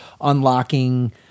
unlocking